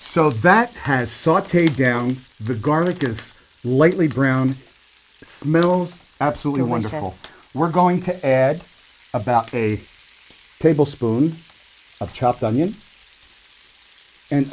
so that has sauteed down the garlic is lightly brown it's middles absolutely wonderful we're going to add about a tablespoon of chopped onion and